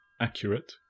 accurate